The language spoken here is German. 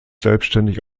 selbstständig